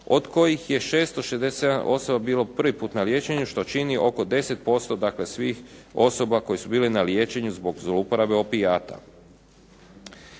od kojih je 667 osoba bilo prvi put na liječenju što čini oko 10% dakle svih osoba koji su bili na liječenju zbog zlouporabe opijata.